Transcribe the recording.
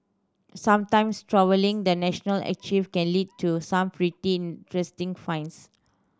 sometimes trawling the national archive can lead to some pretty interesting finds